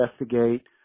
investigate